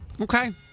Okay